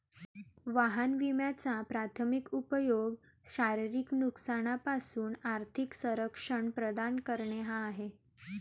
वाहन विम्याचा प्राथमिक उपयोग शारीरिक नुकसानापासून आर्थिक संरक्षण प्रदान करणे हा आहे